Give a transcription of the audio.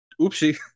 oopsie